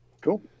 Cool